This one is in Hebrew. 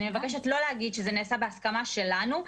אני מבקשת לא להגיד שזה נעשה בהסכמה שלנו.